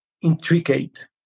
intricate